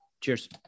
Cheers